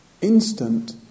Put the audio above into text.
instant